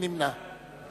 מי נמנע?